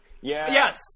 Yes